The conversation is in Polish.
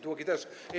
Długi też.